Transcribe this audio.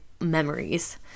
memories